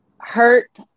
hurt